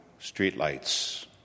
streetlights